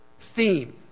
theme